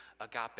agape